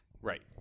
Right